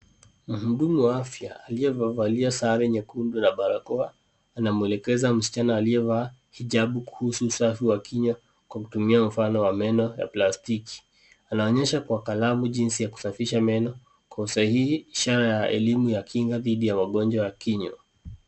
Mhudumu wa afya aliyevalia sare nyekundu na barakoa, anamwelekeza msichana aliyevaa hijabu, kuhusu usafi wa kinywa kwa kutumia mfano wa meno ya plastiki. Anaonyesha kwa kalamu jinsi ya kusafisha meno kwa usahihi, ishara ya elimu ya kinga dhidi ya magonjwa ya kinywa.